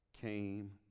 came